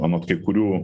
anot kai kurių